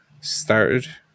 started